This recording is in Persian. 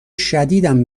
شدیدم